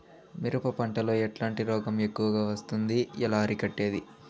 మిరప పంట లో ఎట్లాంటి రోగం ఎక్కువగా వస్తుంది? ఎలా అరికట్టేది?